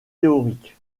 théorique